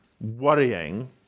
worrying